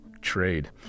trade